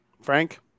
Frank